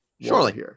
Surely